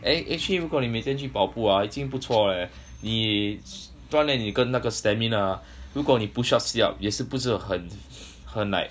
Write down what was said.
eh actually 如果你每天去跑步 ah 已经不错了 leh 你锻炼你那个 stamina ah 如果你 push up sit up 也是不是很很 like